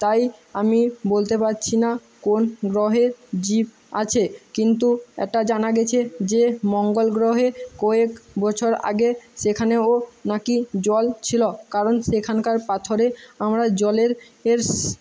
তাই আমি বলতে পারছি না কোন গ্রহে জীব আছে কিন্তু এটা জানা গেছে যে মঙ্গল গ্রহে কয়েক বছর আগে সেখানেও না কি জল ছিলো কারণ সেখানকার পাথরে আমরা জলের